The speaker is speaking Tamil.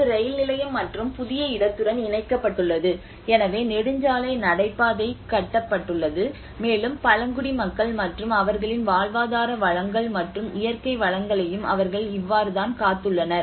இது ரயில் நிலையம் மற்றும் புதிய இடத்துடன் இணைக்கப்பட்டுள்ளது எனவே நெடுஞ்சாலை நடைபாதை கட்டப்பட்டுள்ளது மேலும் பழங்குடி மக்கள் மற்றும் அவர்களின் வாழ்வாதார வளங்கள் மற்றும் இயற்கை வளங்களையும் அவர்கள் இவ்வாறுதான் காத்துள்ளனர்